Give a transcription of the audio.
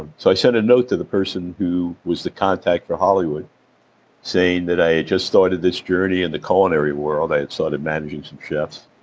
and so i sent a note to the person who was the contact for hollywood saying that i had just started this journey in the culinary world, i had started managing some chefs,